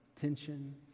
tension